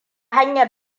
hanyar